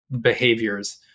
behaviors